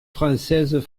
françaises